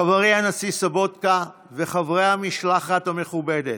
חברי הנשיא סובוטקה וחברי המשלחת המכובדת,